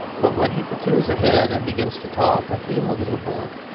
but when he procures a head and begins to talk, i feel a little bored.